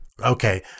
Okay